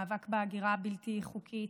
במאבק בהגירה הבלתי-חוקית,